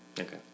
Okay